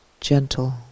Gentle